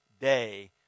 day